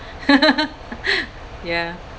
ya